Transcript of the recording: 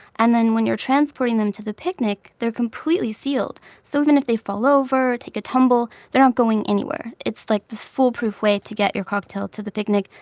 and then when you're transporting them to the picnic, they're completely sealed. so even if they fall over or take a tumble, they're not going anywhere. it's like this foolproof way to get your cocktail to the picnic.